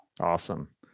Awesome